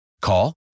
Call